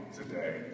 today